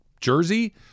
jersey